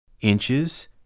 Inches